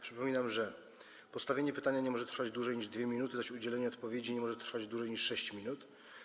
Przypominam, że postawienie pytania nie może trwać dłużej niż 2 minuty, zaś udzielenie odpowiedzi nie może trwać dłużej niż 6 minut.